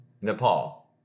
Nepal